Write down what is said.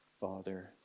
Father